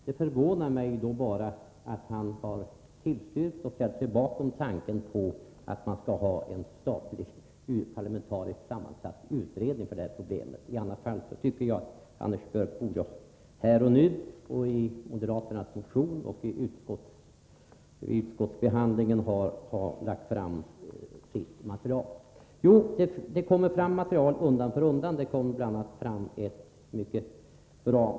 Det förvånar då att han har tillstyrkt och ställer sig bakom tanken på en statlig, parlamentariskt sammansatt utredning för detta problem. I annat fall borde han här och nu, i moderaternas motion och vid utskottsbehandlingen ha lagt fram sitt material. Material kommer fram undan för undan, bl.a. genom massmediekommittén.